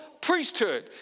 priesthood